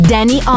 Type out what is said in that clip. Danny